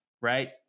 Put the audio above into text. right